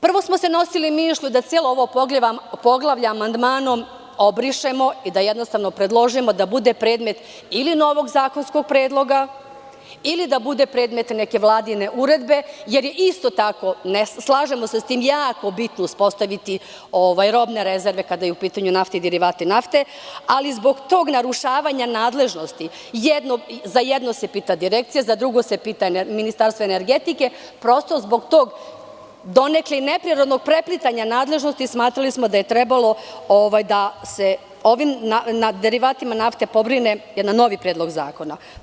Prvo smo se nosili mišlju da celo ovo poglavlje amandmanom obrišemo i da jednostavno predložimo da bude predmet ili novog zakonskog predloga ili da bude predmet neke Vladine uredbe, jer je isto tako, slažemo se s tim, jako bitno uspostaviti robne rezerve, kada je u pitanju nafta i derivati nafte, ali zbog tog narušavanja nadležnosti za jedno se pita direkcija, za drugo se pita Ministarstvo energetike, prosto zbog tog, donekle i neprirodnog preplitanja nadležnosti, smatrali smo da je trebalo da se o derivatima nafte pobrine jedan novi predlog zakona.